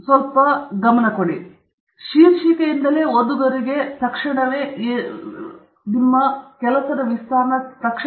ಆದ್ದರಿಂದ ಒಂದು ಶೀರ್ಷಿಕೆಯು ಓದುಗರಿಗೆ ತಕ್ಷಣವೇ ತಿಳಿಸಬೇಕು ಹಾಗಾಗಿ ಅದು ವಿಷಯ